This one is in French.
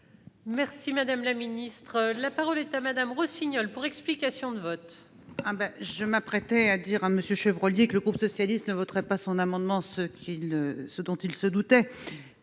d'éviter toute confusion. La parole est à Mme Laurence Rossignol, pour explication de vote. Je m'apprêtais à dire à M. Chevrollier que le groupe socialiste ne voterait pas son amendement, ce dont il se doutait